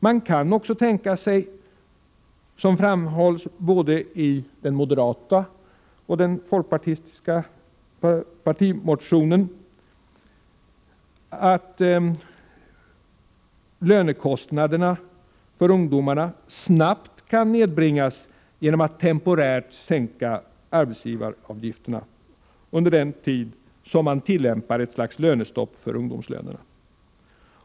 Man kan också tänka sig, som framhålls både i den moderata och i den folkpartistiska partimotionen, att lönekostnaderna för ungdomarna snabbt kan nedbringas genom att temporärt sänka arbetsgivaravgifterna under den tid som man tillämpar ett slags lönestopp för ungdomslönerna.